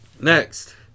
Next